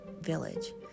village